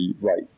right